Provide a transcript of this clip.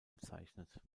bezeichnet